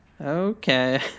Okay